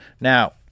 Now